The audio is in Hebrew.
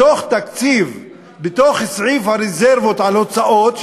בתוך סעיף הרזרבות על הוצאות,